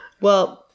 Well-